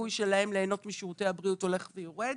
הסיכוי שלהם ליהנות משירותי הבריאות הולך ויורד.